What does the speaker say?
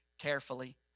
carefully